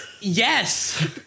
Yes